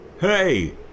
Hey